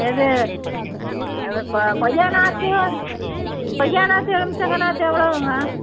எது கொய்யா நாற்றும் கொய்யா நாற்றும் எலும்பிச்சம் நாற்றும் எவ்வளோவுங்க